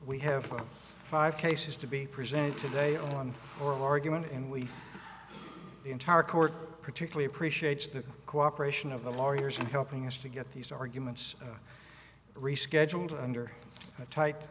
we have five cases to be presented today on our argument and we entire court particularly appreciate the cooperation of the lawyers in helping us to get these arguments rescheduled under tight